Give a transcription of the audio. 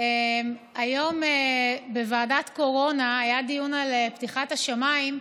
היום בוועדת קורונה היה דיון על פתיחת השמיים,